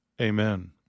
Amen